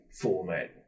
format